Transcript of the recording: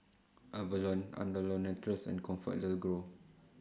Avalon Andalou Naturals and ComfortDelGro